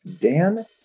Dan